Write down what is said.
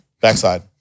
Backside